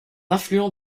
affluent